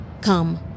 Come